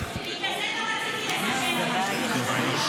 הוא יגיע